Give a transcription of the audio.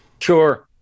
Sure